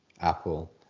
Apple